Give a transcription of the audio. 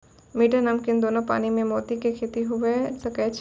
मीठा, नमकीन दोनो पानी में मोती के खेती हुवे सकै छै